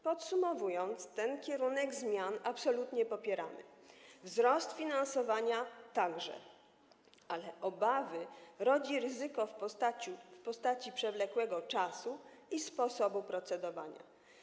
Podsumowując, ten kierunek zmian absolutnie popieramy, wzrost finansowania także, ale obawy budzi ryzyko w postaci przewlekłego czasu i sposobu procedowania.